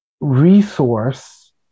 resource